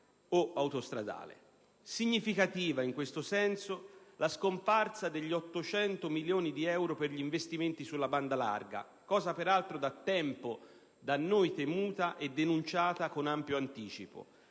o autostradale. Significativa, in questo senso, la scomparsa degli 800 milioni di euro per gli investimenti sulla banda larga, cosa peraltro da noi temuta da tempo e denunciata con ampio anticipo.